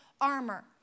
armor